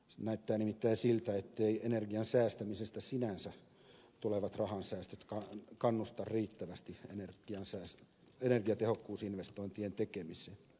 näyttää nimittäin siltä etteivät energian säästämisestä sinänsä tulevat rahansäästöt kannusta riittävästi energiatehokkuusinvestointien tekemiseen